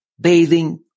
bathing